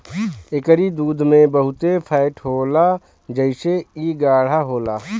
एकरी दूध में बहुते फैट होला जेसे इ गाढ़ होला